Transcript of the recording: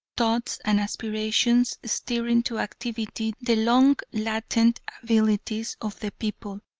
thoughts, and aspirations, stirring to activity the long latent abilities of the people,